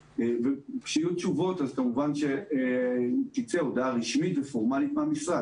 כשיהיו תשובות כמובן תצא הודעה רשמית ופורמלית מן המשרד.